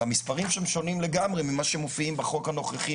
והמספרים שם שונים לגמרי ממה שמופיעים בחוק הנוכחי.